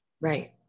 Right